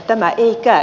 tämä ei käy